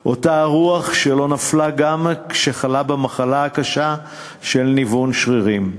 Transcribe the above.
אותה הרוח שלא נפלה גם כשחלה במחלה הקשה של ניוון שרירים.